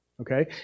okay